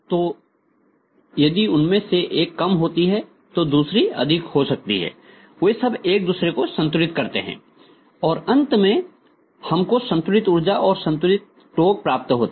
तो यदि उनमें से एक कम होती है तो दूसरी अधिक हो सकती है वे सब एक दूसरे को संतुलित करते हैं और अंत में हमको संतुलित ऊर्जा और संतुलित टोक प्राप्त होता है